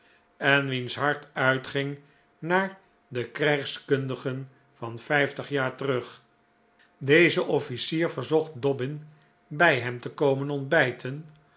en wiens hart uitging naar de krijgskundigen van vijftig jaar terug deze officier verzocht dobbin bij hem te komen ontbijten